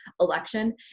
election